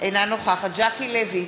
אינה נוכחת ז'קי לוי,